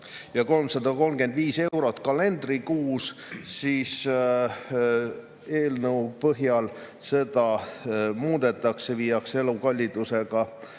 ja 335 eurot kalendrikuus, siis eelnõuga seda muudetakse, viiakse elukallidusega